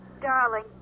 Darling